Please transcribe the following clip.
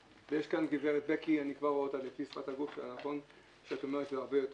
ויש כאן את בקי כהן שאני כבר רואה -- -ממה נפשך?